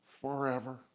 forever